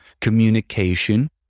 Communication